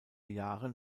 jahren